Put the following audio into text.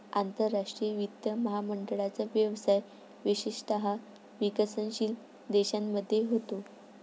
आंतरराष्ट्रीय वित्त महामंडळाचा व्यवसाय विशेषतः विकसनशील देशांमध्ये होतो